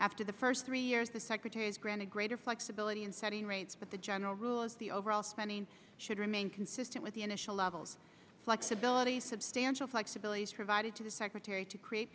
after the first three years the secretary has granted greater flexibility in setting rates but the general rule is the overall spending should remain consistent with the initial levels flexibility substantial flexibilities provided to the secretary to create